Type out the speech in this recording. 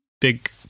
big